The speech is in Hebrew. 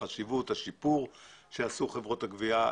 החשיבות ואת השיפור שעשו חברות הגבייה.